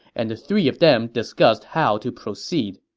and the three of them discussed how to proceed.